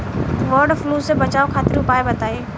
वड फ्लू से बचाव खातिर उपाय बताई?